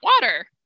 water